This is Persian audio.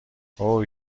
هوووی